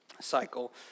cycle